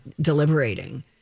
deliberating